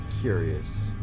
curious